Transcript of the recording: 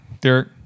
Derek